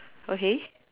okay